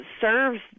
serves